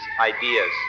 ideas